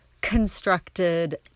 constructed